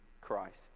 Christ